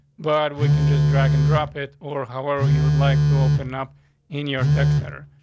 but we can just drag and drop it. or however you would like to open up in your text better.